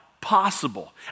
Possible